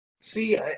See